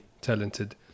talented